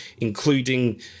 including